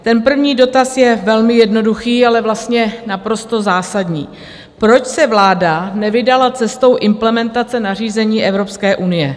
Ten první dotaz je velmi jednoduchý, ale vlastně naprosto zásadní: Proč se vláda nevydala cestou implementace nařízení Evropské unie?